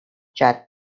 chat